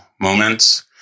moments